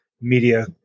media